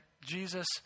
Jesus